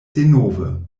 denove